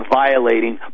violating